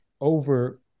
over